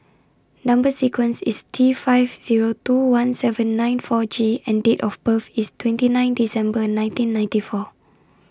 Number sequence IS T five Zero two one seven nine four G and Date of birth IS twenty nine December nineteen ninety four